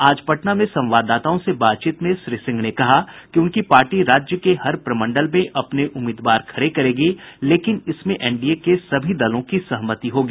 आज पटना में संवाददाताओं से बातचीत में श्री सिंह ने कहा कि उनकी पार्टी राज्य के हर प्रमंडल में अपने उम्मीदवार खड़े करेगी लेकिन इसमें एनडीए के सभी दलों की सहमति होगी